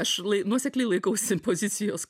aš nuosekliai laikausi pozicijos kurią